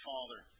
Father